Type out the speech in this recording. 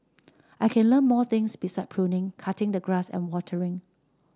I can learn more things beside pruning cutting the grass and watering